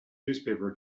newspaper